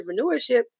entrepreneurship